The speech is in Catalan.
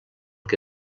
que